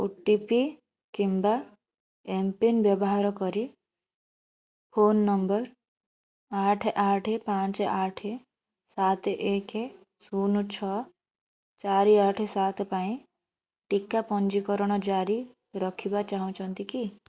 ଓ T P କିମ୍ବା MPIN ବ୍ୟବହାର କରି ଫୋନ ନମ୍ବର ଆଠେ ଆଠେ ପାଞ୍ଚେ ଆଠେ ସାତେ ଏକ ଶୂନ ଛଅ ଚାରି ଆଠେ ସାତେ ପାଇଁ ଟିକା ପଞ୍ଜୀକରଣ ଜାରି ରଖିବା ଚାହୁଁଛନ୍ତି କି